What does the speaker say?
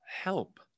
help